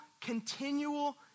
continual